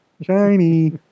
Shiny